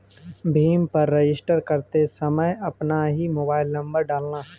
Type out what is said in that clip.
भीम पर रजिस्टर करते वक्त अपना ही मोबाईल नंबर डालना